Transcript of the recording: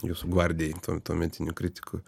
jūsų gvardijai tuometinių kritikų